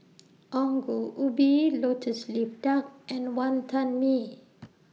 Ongol Ubi Lotus Leaf Duck and Wantan Mee